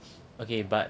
okay but